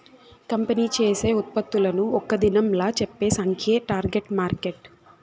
company చేసే ఉత్పత్తులను ఒక్క దినంలా చెప్పే సంఖ్యే టార్గెట్ మార్కెట్